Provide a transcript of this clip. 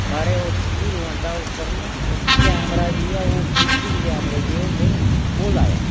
महाराज ओस Hero Honda उप्पर नां ओह् कैमरा जेहा ओह् फिडकरी कैमरे जेह होंदे नी ओह् लाया